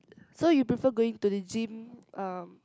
so you prefer going to the gym um